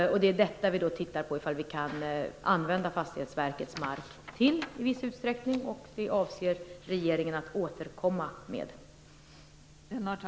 Nu tittar vi på om vi kan använda Fastighetsverkets mark till detta i viss utsträckning. Regeringen avser att återkomma med detta.